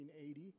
1980